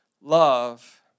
Love